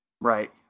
right